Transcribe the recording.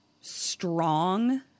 strong